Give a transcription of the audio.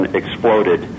exploded